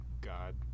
god